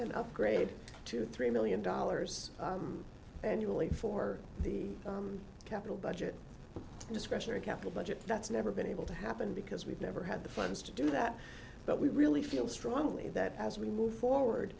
an upgrade to three million dollars annually for the capital budget discretionary capital budget that's never been able to happen because we've never had the funds to do that but we really feel strongly that as we move forward